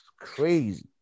crazy